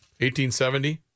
1870